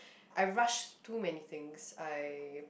I rush too many things I